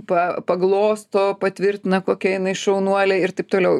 pa paglosto patvirtina kokia jinai šaunuolė ir taip toliau